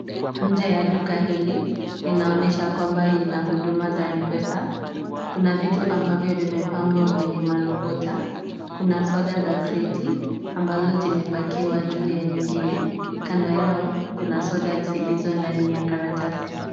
Nje ya duka hili, linaonyesha kwamba lina huduma za M-Pesa. Kuna vitu ambavyo vimepangwa kwenye marobota. Kuna soda za kreti ambazo zimepakiwa juu ya nyingine. Kando yao, kuna soda zilizo ndani ya karatasi.